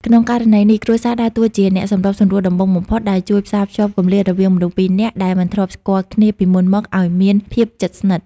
ក្នុងករណីនេះ គ្រួសារដើរតួជាអ្នកសម្របសម្រួលដំបូងបំផុតដែលជួយផ្សារភ្ជាប់គម្លាតរវាងមនុស្សពីរនាក់ដែលមិនធ្លាប់ស្គាល់គ្នាពីមុនមកឱ្យមានភាពជិតស្និទ្ធ។